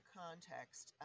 context